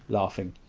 laughing.